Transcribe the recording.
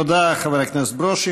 תודה לחבר הכנסת ברושי.